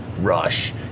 Rush